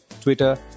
twitter